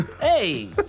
Hey